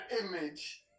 image